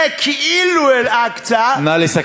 זה כאילו אל-אקצא, נא לסכם.